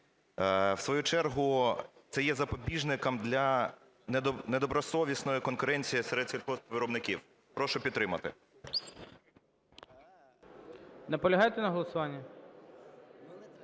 В свою чергу це є запобіжником для недобросовісної конкуренції серед сільгоспвиробників. Прошу підтримати.